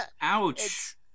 ouch